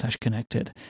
connected